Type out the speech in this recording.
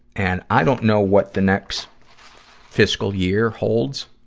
and, i don't know what the next fiscal year holds,